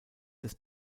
des